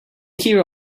here